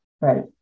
Right